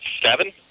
Seven